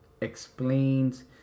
explains